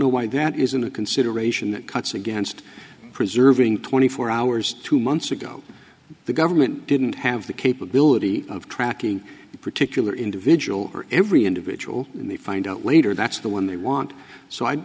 know why that isn't a consideration that cuts against preserving twenty four hours two months ago the government didn't have the capability of tracking a particular individual or every individual when they find out later that's the one they want so